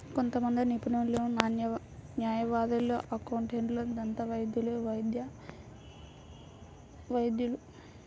కొంతమంది నిపుణులు, న్యాయవాదులు, అకౌంటెంట్లు, దంతవైద్యులు, వైద్య వైద్యులు